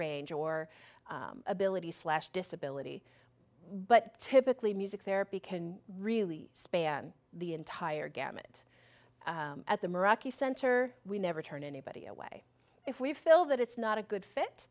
range or ability slash disability but typically music therapy can really span the entire gamut at the maracas center we never turn anybody away if we feel that it's not a good